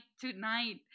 tonight